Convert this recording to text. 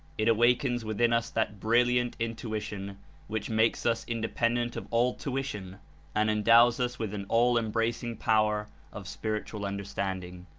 it awakens within us that brilliant in tuition which makes us independent of all tuition and endows us with an all-embracing power of spiritual understanding.